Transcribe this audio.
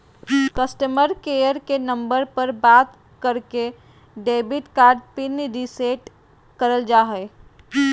customer care के number पर बात करके डेबिट कार्ड पिन रीसेट करल जा हय